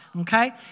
Okay